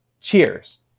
Cheers